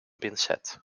pincet